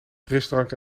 frisdrank